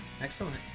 Excellent